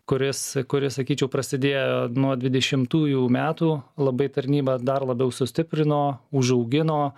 kuris kuris sakyčiau prasidėjo nuo dvidešimtųjų metų labai tarnybą dar labiau sustiprino užaugino